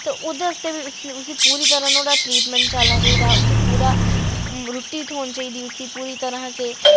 ते ओह्दे आस्तै बी ओह्दा पूरा ट्रीटमैंट चलना चाहिदा उसी पूरी रुट्टी थ्होनी चाहिदी